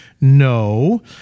no